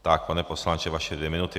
Tak, pane poslanče, vaše dvě minuty.